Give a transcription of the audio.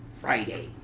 Friday